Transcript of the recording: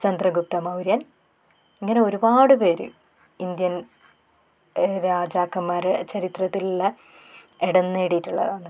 ചന്ദ്രഗുപ്ത മൗര്യൻ ഇങ്ങനെ ഒരുപാട് പേർ ഇന്ത്യൻ രാജാക്കന്മാർ ചരിത്രത്തിലുള്ള ഇടം നേടിയിട്ടുള്ളതാണ്